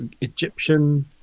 Egyptian